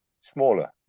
smaller